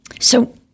So-